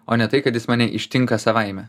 o ne tai kad jis mane ištinka savaime